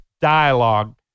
Dialogue